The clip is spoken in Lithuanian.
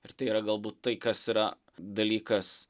ir tai yra galbūt tai kas yra dalykas